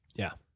yeah,